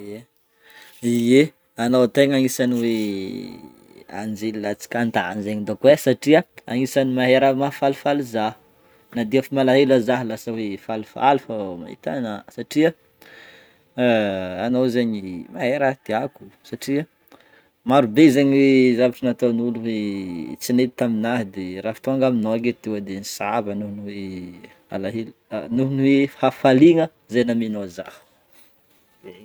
Ye, ye anao tegna agnisan'ny hoe anjely latsak'antagny zegny donc ai satria agnisany mahay raha mahafalifaly zaho, na de efa malaelo aza zah lasa hoe falifaly fogna mahita anah satria anao zegny mahay raha tiako satria maro be zegny hoe zavatra naton'olo hoe tsy nety taminahy de rafa tônga aminao aketo tonga de nisava nohon'ny hoe alahelo nohon'ny hoe fahafaliana zay namenao zah.